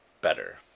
better